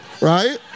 right